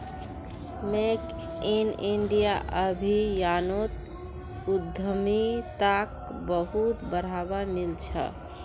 make in India अभियानोत उद्यमिताक बहुत बढ़ावा मिल छ